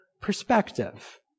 perspective